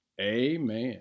amen